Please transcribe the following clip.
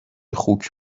خوک